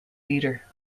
leader